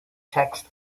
texts